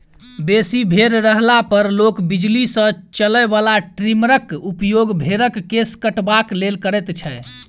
बेसी भेंड़ रहला पर लोक बिजली सॅ चलय बला ट्रीमरक उपयोग भेंड़क केश कटबाक लेल करैत छै